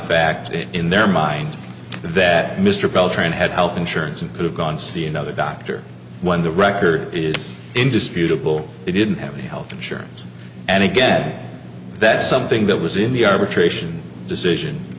that in their mind that mr beltran had health insurance and could have gone to see another doctor when the record is indisputable he didn't have any health insurance and again that something that was in the arbitration decision